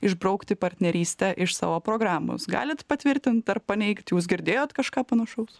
išbraukti partnerystę iš savo programos galit patvirtint ar paneigt jūs girdėjot kažką panašaus